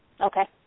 Okay